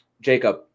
Jacob